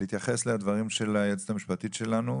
להתייחס לדברים של היועצת המשפטית שלנו.